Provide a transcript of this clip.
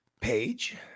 page